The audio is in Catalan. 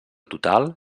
total